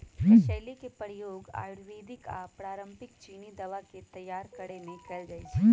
कसेली के प्रयोग आयुर्वेदिक आऽ पारंपरिक चीनी दवा के तइयार करेमे कएल जाइ छइ